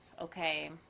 okay